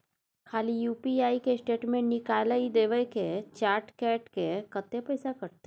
खाली यु.पी.आई के स्टेटमेंट निकाइल देबे की चार्ज कैट के, कत्ते पैसा कटते?